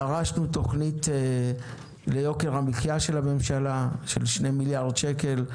דרשנו תוכנית ליוקר המחיה של הממשלה של 2 מיליארד שקל,